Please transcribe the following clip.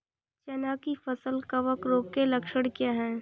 चना की फसल कवक रोग के लक्षण क्या है?